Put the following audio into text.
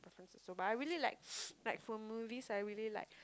preference also but I really like like for movies I really like